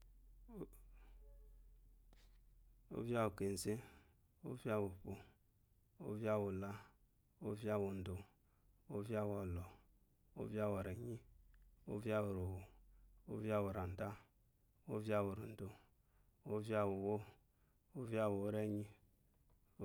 Ovya wu keze, ovya uo po ovya wula ovya wu do, ovya wo lo, ovya wu renyi, ovya owu rowo, ovya owu rada, ovya owu orodo, ovya uwuwo ovya uwu uwo renyi